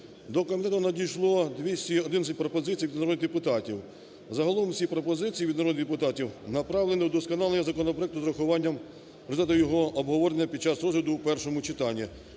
До комітету надійшло 211 пропозицій від народних депутатів. Загалом всі пропозиції від народних депутатів направлені на удосконалення законопроекту з урахуванням результату його обговорення під час розгляду в першому читанні